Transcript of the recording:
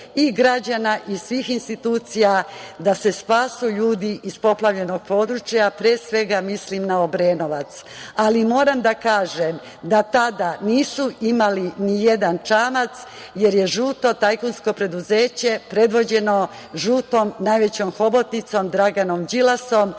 i građana i svih institucija da se spasu ljudi iz poplavljenog područja, a pre svega mislim na Obrenovac. Ali, moram da kažem i da tada nisu imali ni jedan čamac jer je žuto tajkunsko preduzeće predvođeno žutom najvećom hobotnicom Draganom Đilasom